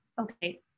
okay